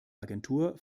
agentur